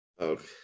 okay